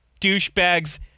douchebags